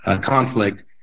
conflict